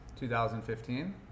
2015